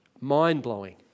mind-blowing